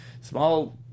small